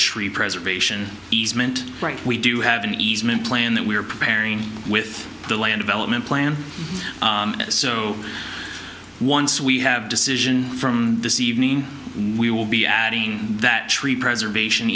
tree preservation easement right we do have an easement plan that we are preparing with the land of element plan so once we have decision from this evening we will be adding that tree preservation